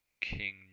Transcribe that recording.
King